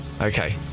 Okay